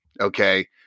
okay